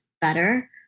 better